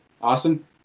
awesome